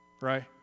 right